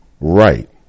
right